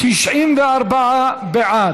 94 בעד,